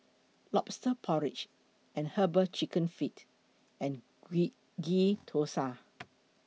Lobster Porridge and Herbal Chicken Feet and Ghee Thosai